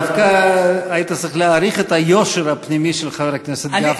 דווקא היית צריך להעריך את היושר הפנימי של חבר הכנסת גפני,